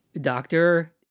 Doctor